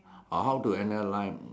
uh how to analyse